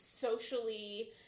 socially